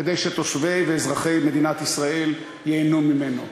כדי שתושבי ואזרחי מדינת ישראל ייהנו ממנו.